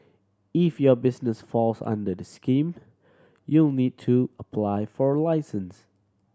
if your business falls under this scheme you'll need to apply for a license